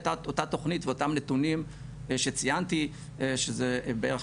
הייתה אותה תוכנית ואותם נתונים שציינתי שזה בערך,